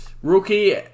Rookie